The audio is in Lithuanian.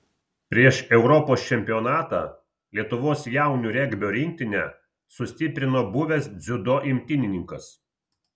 prieš europos čempionatą lietuvos jaunių regbio rinktinę sustiprino buvęs dziudo imtynininkas